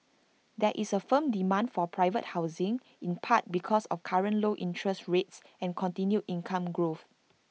there is firm demand for private housing in part because of current low interest rates and continued income growth